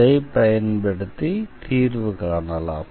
அதை பயன்படுத்தி தீர்வு காணலாம்